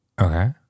Okay